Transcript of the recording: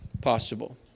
possible